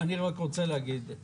אבל הירוק עוד לא הצלחתי להגיע,